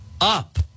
up